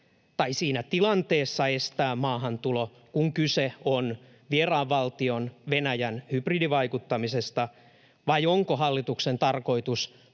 tai siinä tilanteessa estää maahantulo, kun kyse on vieraan valtion, Venäjän, hybridivaikuttamisesta, vai onko hallituksen tarkoitus